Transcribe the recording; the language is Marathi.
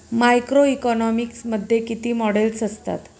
मॅक्रोइकॉनॉमिक्स मध्ये किती मॉडेल्स असतात?